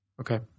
Okay